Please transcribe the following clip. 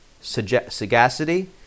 sagacity